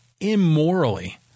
immorally